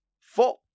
four